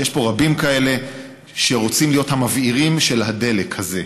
ויש פה רבים שרוצים להיות המבעירים של הדלק הזה.